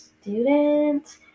student